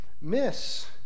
miss